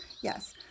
Yes